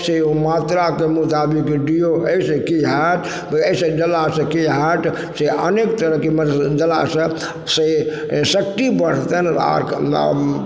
से मात्राके मुताबिक दियौ अइसँ की हैत अइसँ देलासँ की हैत से अनेक तरहके मतलब देला सँ शक्ति बढ़तनि आओर